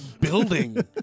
building